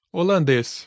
Holandês